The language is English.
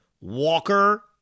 Walker